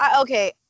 okay